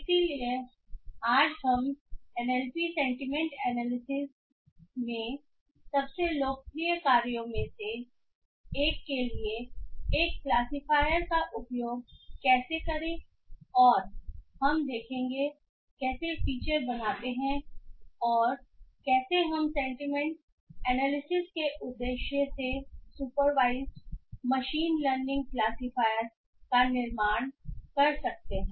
इसलिए आज हम एनएलपी सेंटीमेंट एनालिसिस में सबसे लोकप्रिय कार्यों में से एक के लिए एक क्लासिफायर का उपयोग कैसे करें और हम देखेंगे कैसे फीचर बनाते हैं और कैसे हम सेंटिमेंट एनालिसिस के उद्देश्य से सुपरवाइज्ड मशीन लर्निंग क्लासिफायर का निर्माण कर सकते हैं